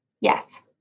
Yes